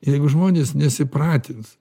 jeigu žmonės nesipratins